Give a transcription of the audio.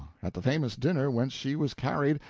at the famous dinner whence she was carried,